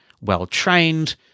well-trained